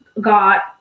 got